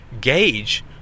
gauge